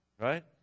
right